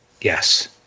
Yes